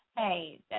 hey